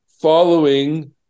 following